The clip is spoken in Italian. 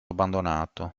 abbandonato